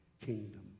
kingdom